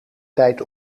tijd